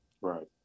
Right